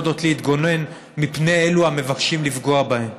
יודעות להתגונן מפני אלו המבקשים לפגוע בהן.